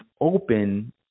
open